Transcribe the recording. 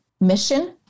mission